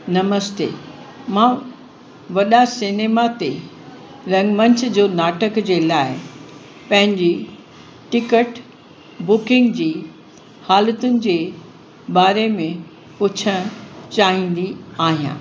नमस्ते मां वॾा सिनेमा ते रंगमंच जो नाटक जे लाइ पंहिंजी टिकट बुकिंग जी हालतुनि जे बारे में पुछणु चाहींदी आयां